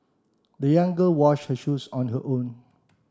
the young girl washed her shoes on her own